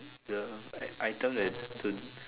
the item that